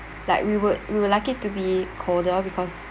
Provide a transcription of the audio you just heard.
like we would we would like it to be colder because